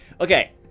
Okay